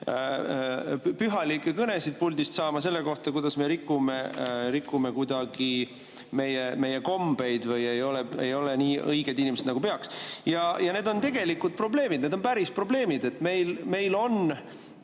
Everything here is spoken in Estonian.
pühalikke kõnesid puldist saama selle kohta, kuidas me rikume kuidagi meie kombeid või ei ole nii õiged inimesed, nagu peaks. Need on tegelikud probleemid, need on pärisprobleemid. Meil on